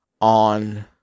on